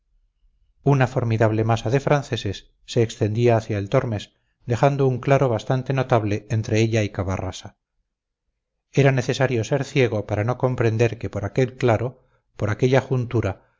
una formidable masa de franceses se extendía hacia el tormes dejando un claro bastante notable entre ella y cavarrasa era necesario ser ciego para no comprender que por aquel claro por aquella juntura